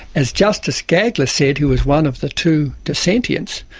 as justice gageler said, who was one of the two dissentients,